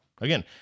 Again